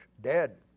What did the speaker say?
Dead